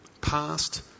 past